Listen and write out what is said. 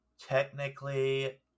Technically